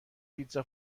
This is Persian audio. پیتزا